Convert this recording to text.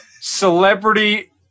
celebrity